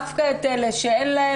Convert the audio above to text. הנתונים שהעלית